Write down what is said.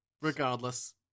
Regardless